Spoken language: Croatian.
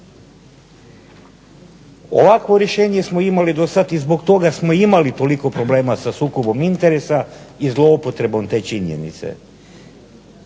Ovakvo rješenje smo imali do sad i zbog toga smo imali toliko problema sa sukobom interesa i zloupotrebom te činjenice.